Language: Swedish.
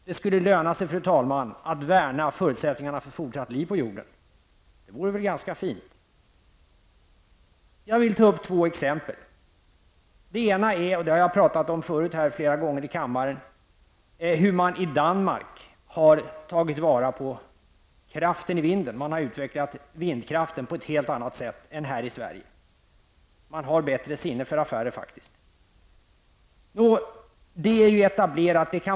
Det skulle löna sig, fru talman, att värna förutsättningarna för fortsatt liv på jorden. Det vore väl ganska fint. Jag vill ta upp två exempel. Det ena är, och det har jag pratat om förut här flera gånger i kammaren, hur man i Danmark har tagit vara på kraften i vinden. Man har utvecklat vindkraften på ett helt annat sätt än här i Sverige. Man har faktiskt bättre sinne för affärer. Det är ju etablerat.